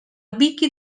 wiki